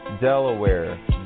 Delaware